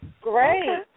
great